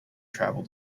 travel